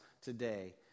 today